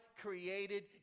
created